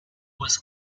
was